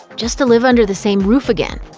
just to live under the same roof again.